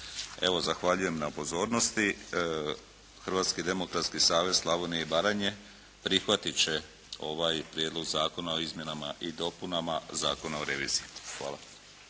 Evo zahvaljujem na pozornosti. Hrvatski demokratski savez Slavonije i Baranje prihvatit će ovaj Prijedlog zakona o izmjenama i dopunama Zakona o reviziji. Hvala.